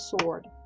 sword